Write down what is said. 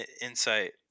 insight